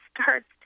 starts